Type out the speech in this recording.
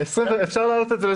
אפשר להעלות את זה.